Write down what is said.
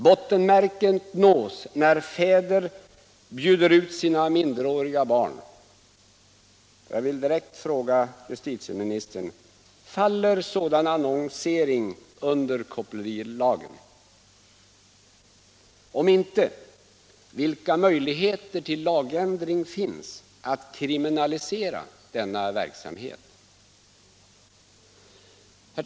Bottenmärket nås 10 december 1976 när fäder bjuder ut sina minderåriga barn. Jag vill direkt fråga justis tieministern: Faller sådan annonsering under kopplerilagen? Om inte, Om åtgärder mot vilka möjligheter till lagändring finns för att kriminalisera denna verk = pornografi och samhet?